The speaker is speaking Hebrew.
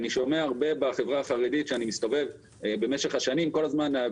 אני שומע הרבה בחברה החרדית שאני מסתובב במשך השנים כל הזמן,